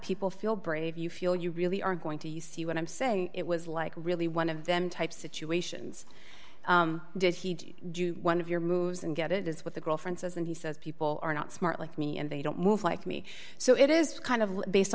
people feel brave you feel you really are going to you see what i'm saying it was like really one of them type situations did he do one of your moves and get it is what the girlfriend says and he says people are not smart like me and they don't move like me so it is kind of based